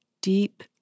deep